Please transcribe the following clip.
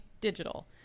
digital